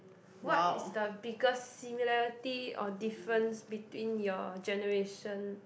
what is the biggest similarity or difference between your generation